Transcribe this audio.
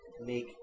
make